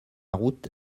route